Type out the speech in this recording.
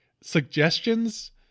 suggestions